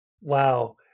Wow